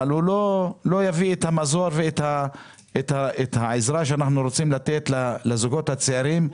אבל הוא לא יביא את המזור ואת העזרה שאנחנו רוצים לתת לזוגות הצעירים,